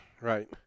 right